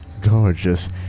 gorgeous